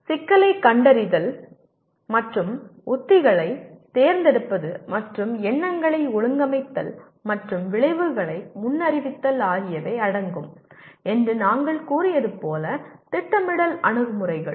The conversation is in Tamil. சிக்கலைக் கண்டறிதல் மற்றும் உத்திகளைத் தேர்ந்தெடுப்பது மற்றும் எங்கள் எண்ணங்களை ஒழுங்கமைத்தல் மற்றும் விளைவுகளை முன்னறிவித்தல் ஆகியவை அடங்கும் என்று நாங்கள் கூறியது போல திட்டமிடல் அணுகுமுறைகள்